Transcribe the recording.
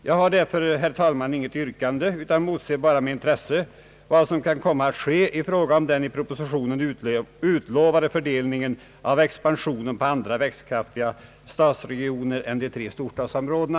Jag har därför, herr talman, inget yrkande utan motser bara med intresse vad som kan komma att ske i fråga om den i propositionen utlovade fördelningen av expansionen på andra växtkraftiga stadsregioner än de tre storstadsområdena.